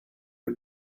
you